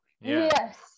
Yes